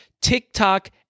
TikTok